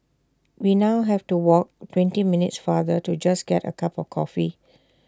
we now have to walk twenty minutes farther to just get A cup of coffee